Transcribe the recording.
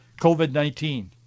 COVID-19